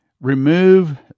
remove